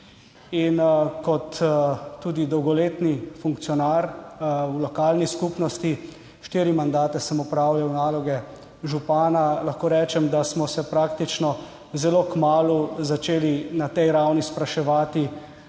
In kot tudi dolgoletni funkcionar v lokalni skupnosti štiri mandate sem opravljal naloge župana, lahko rečem, da smo se praktično zelo kmalu začeli na tej ravni spraševati